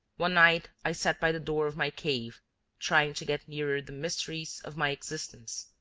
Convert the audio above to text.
one night i sat by the door of my cave trying to get nearer the mysteries of my existence,